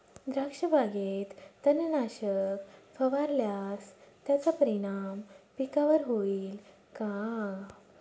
द्राक्षबागेत तणनाशक फवारल्यास त्याचा परिणाम पिकावर होईल का?